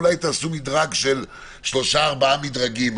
אולי תעשו מדרג של שלושה-ארבעה מדרגים,